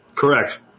Correct